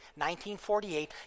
1948